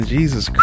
Jesus